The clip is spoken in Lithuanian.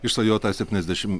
išsvajotą septyniasdešim